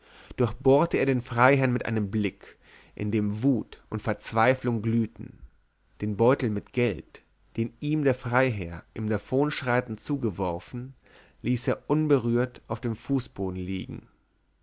durchbohrte er den freiherrn mit einem blick in dem wut und verzweiflung glühten den beutel mit geld den ihm der freiherr im davonschreiten zugeworfen ließ er unberührt auf dem fußboden liegen